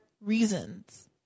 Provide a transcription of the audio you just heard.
reasons